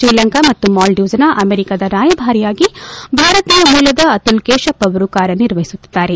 ಶ್ರೀಲಂಕಾ ಮತ್ತು ಮಾಲ್ದೀವ್ಸ್ನ ಅಮೆರಿಕದ ರಾಯಭಾರಿಯಾಗಿ ಭಾರತೀಯ ಮೂಲದ ಅತುಲ್ ಕೇಶಪ್ ಅವರು ಕಾರ್ಯನಿರ್ವಹಿಸುತ್ತಿದ್ದಾರೆ